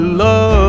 love